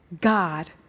God